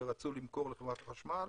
ורצו למכור לחברת החשמל,